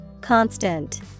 Constant